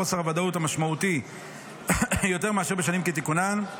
חוסר הוודאות המשמעותי יותר מאשר בשנים כתיקונן,